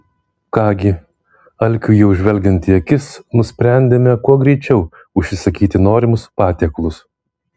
ką gi alkiui jau žvelgiant į akis nusprendėme kuo greičiau užsisakyti norimus patiekalus